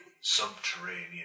subterranean